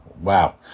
Wow